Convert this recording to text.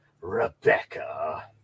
Rebecca